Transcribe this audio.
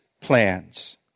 plans